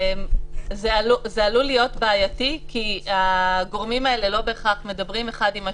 זה עלול להיות בעייתי כי הגורמים האלה לא בהכרח מדברים אחד עם השני.